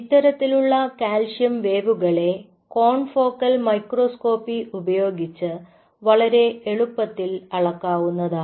ഇത്തരത്തിലുള്ള കാൽസ്യം വേവുകളെ confocal microscopy ഉപയോഗിച്ച് വളരെ എളുപ്പത്തിൽ അളക്കാവുന്നതാണ്